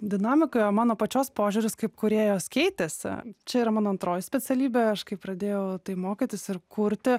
dinamiką mano pačios požiūris kaip kūrėjos keitėsi čia yra mano antroji specialybė aš kai pradėjau tai mokytis ir kurti